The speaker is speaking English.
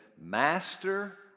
master